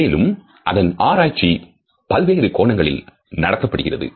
மேலும் அதன் ஆராய்ச்சி பல்வேறு கோணங்களில் நடத்தப்படுகிறது